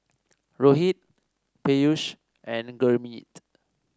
Rohit Peyush and Gurmeet